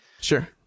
Sure